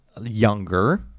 younger